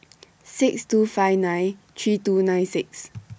six two five nine three two nine six